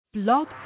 Blog